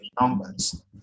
numbers